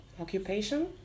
occupation